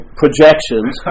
projections